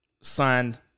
signed